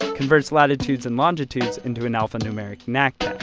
converts latitudes and longitudes into and alphanumeric nac